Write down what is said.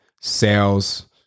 sales